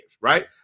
right